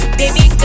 baby